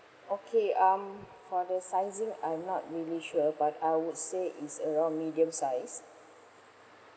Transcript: okay um for the sizing I'm not really sure but I would say it's around medium size